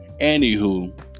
anywho